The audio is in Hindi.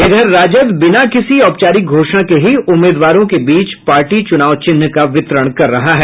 इधर राजद बिना किसी औपचारिक घोषणा के ही उम्मीदवारों के बीच पार्टी चुनाव चिन्ह का वितरण कर रहा है